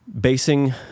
basing